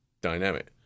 dynamic